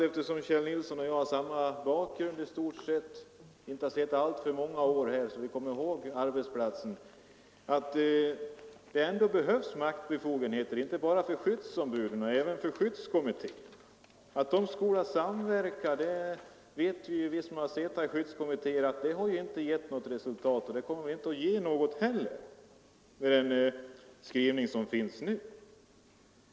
Eftersom Kjell Nilsson och jag har i stort sett samma bakgrund och inte har suttit alltför många år i riksdagen och därför kommer ihåg arbetsplatsen, trodde jag att vi var överens om att det behövs maktbefogenheter, inte bara för skyddsombuden utan även för skyddskommittén. Att man skall samverka ger inte — det vet vi som tillhört skyddskommittéer — några resultat, och det kommer inte heller att ge några resultat med den skrivning som nu föreslås.